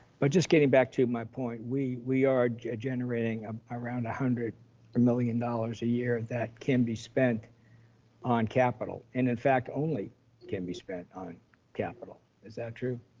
but just getting back to my point, we we are generating um around one hundred million dollars a year that can be spent on capital. and in fact only can be spent on capital is that true?